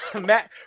Matt